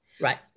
Right